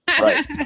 right